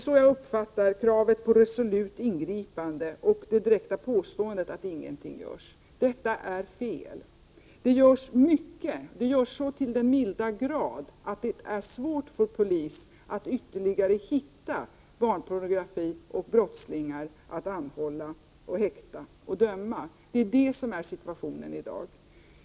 Så uppfattar jag kravet på resolut ingripande och det direkta påståendet att ingenting görs. Detta är fel. Det görs mycket och så till den milda grad att det är svårt för polisen att ytterligare hitta barnpornografi och brottslingar att anhålla, häkta och döma. Sådan är situationen i dag.